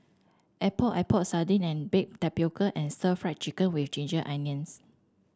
Epok Epok Sardin and bake tapioca and Stir Fried Chicken with Ginger Onions